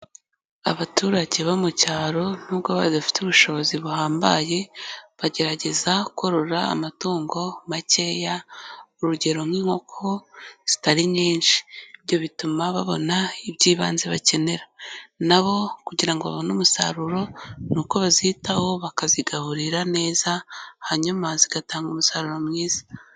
Abaturage bo mu cyaro nubwo badafite ubushobozi buhambaye, bagerageza korora amatungo makeya, urugero nk'inkoko zitari nyinshi, ibyo bituma babona iby'ibanze bakenera, na bo kugira ngo babone umusaruro, ni uko bazitaho, bakazigaburira neza, hanyuma zigatanga umusaruro mwiza.